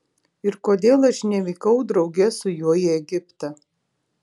ir kodėl aš nevykau drauge su juo į egiptą